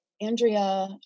Andrea